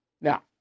Now